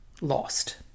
lost